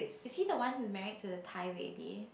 is he the one who's married to the Thai lady